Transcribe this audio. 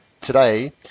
today